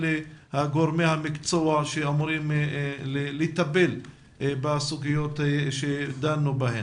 אלה גורמי המקצוע שאמורים לטפל בסוגיות בהן דנו.